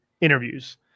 interviews